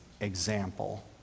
example